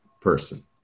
person